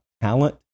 Talent